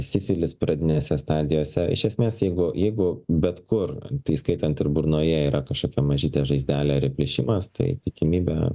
sifilis pradinėse stadijose iš esmės jeigu jeigu bet kur įskaitant ir burnoje yra kažkokia mažytė žaizdelė ar įplyšimas tai tikimybė